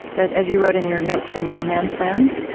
but as you wrote in your notes from no man's land,